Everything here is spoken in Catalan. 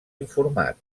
informat